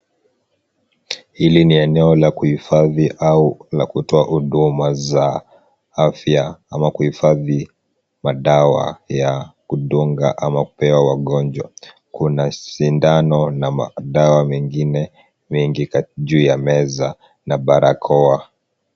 Hili ni eneo la kuhifadhi au la kutoa huduma za afya ama kuhifadhi madawa ya kudunga ama kupea wagonjwa. Kuna sindano na madawa mengine mengi juu ya meza na barakoa.